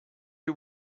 you